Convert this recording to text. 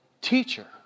teacher